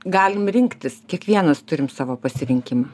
galim rinktis kiekvienas turim savo pasirinkimą